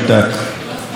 מהציבור.